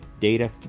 data